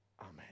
Amen